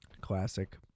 Classic